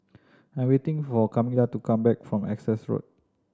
I am waiting for Camila to come back from Essex Road